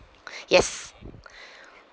yes